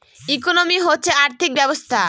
economy হচ্ছে আর্থিক ব্যবস্থা